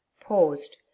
paused